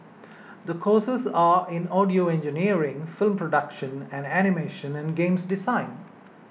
the courses are in audio engineering film production and animation and games design